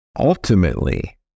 Ultimately